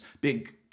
big